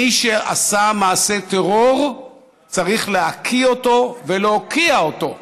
מי שעשה מעשה טרור צריך להקיא אותו ולהוקיע אותו.